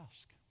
ask